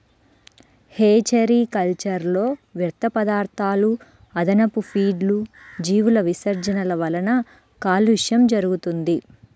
hatchery కల్చర్లో వ్యర్థపదార్థాలు, అదనపు ఫీడ్లు, జీవుల విసర్జనల వలన కాలుష్యం జరుగుతుంది